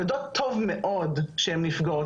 הן יודעות טוב מאוד שהן נפגעות,